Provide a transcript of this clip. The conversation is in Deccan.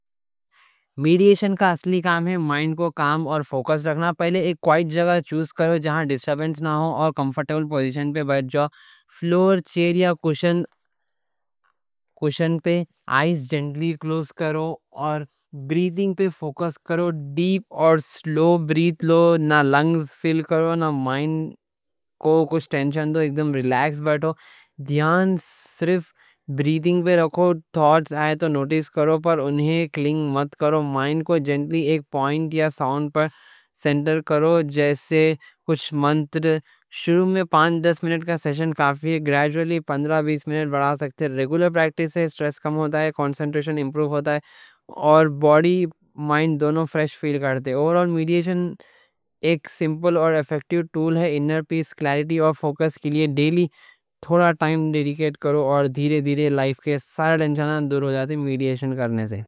میڈیٹیشن کا اصلی کام ہے مائنڈ کو کالم اور فوکس رکھنا۔ پہلے ایک کوائٹ جگہ چوز کرو جہاں ڈسٹرابنس نہ ہو اور کمفرٹیبل پوزیشن پہ بیٹھ جاؤ۔ فلور چئیر کشن پہ بیٹھ جاؤ، آئیز جینٹلی کلوز کرو اور بریتھنگ پہ فوکس کرو۔ ڈیپ اور سلو بریتھ لو؛ نہ لنگز فل کرو، نہ مائنڈ کو کچھ ٹینشن دو۔ ایک دم ریلیکس بیٹھو، دھیان صرف بریتھنگ پہ رکھو۔ تھاٹس آئے تو نوٹس کرو، پر انھیں کلِنگ مت کرو۔ مائنڈ کو جینٹلی ایک پوائنٹ یا ساؤنڈ پر سینٹر کرو، جیسے کچھ منتر۔ شروع میں پانچ دس منٹ کا سیشن کافی ہے، گریجولی پندرہ بیس منٹ بڑھا سکتے۔ ریگولر پریکٹس سے سٹریس کم ہوتا ہے، کونسنٹریشن امپروو ہوتا ہے، اور باڈی مائنڈ دونوں فریش فیل کرتے۔ اوور آل میڈیٹیشن ایک سمپل اور ایفیکٹیو ٹول ہے، انر پیس، کلاریٹی اور فوکس کے لیے۔ ڈیلی تھوڑا ٹائم ڈیڈیکیٹ کرو، اور دھیرے دھیرے لائف کے سارے ٹینشنیں دور ہو جاتے میڈیٹیشن کرنے سے۔